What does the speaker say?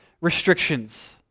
restrictions